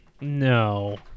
No